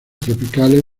tropicales